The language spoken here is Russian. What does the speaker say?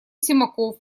симаков